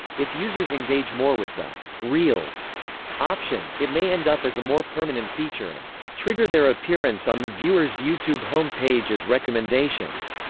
if users engage more with the reels option, it may end up as a more permanent feature and trigger their appearance on the viewer's youtube home page as recommendations.